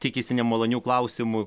tikisi nemalonių klausimų